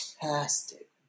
fantastic